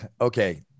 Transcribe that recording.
Okay